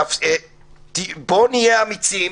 בואו נהיה אמיצים,